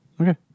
Okay